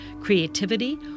creativity